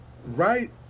Right